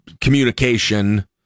communication